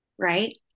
right